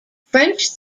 french